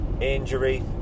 injury